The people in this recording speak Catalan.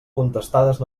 contestades